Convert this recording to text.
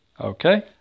Okay